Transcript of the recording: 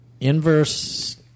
Inverse